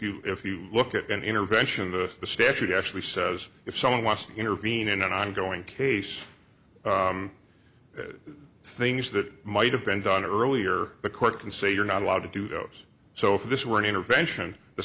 you if you look at an intervention the statute actually says if someone wants to intervene in an ongoing case things that might have been done earlier the court can say you're not allowed to do those so if this were an intervention the